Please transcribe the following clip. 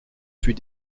fut